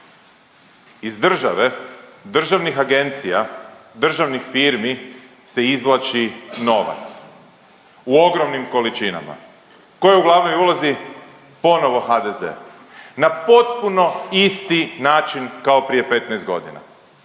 Iz države, državnih agencija, državnih firmi se izvlači novac u ogromnim količinama. Tko je u glavnoj ulozi? Ponovo HDZ na potpuno isti način kao prije 15 godina.